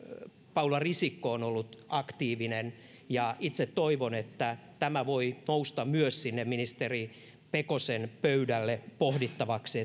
paula risikko on ollut aktiivinen ja itse toivon että tämä voi nousta myös sinne ministeri pekosen pöydälle pohdittavaksi